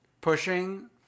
Pushing